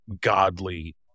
godly